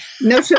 no